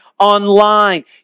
Online